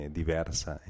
diversa